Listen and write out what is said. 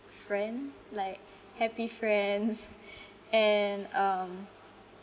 friend like happy friends and um